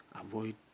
avoid